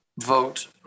vote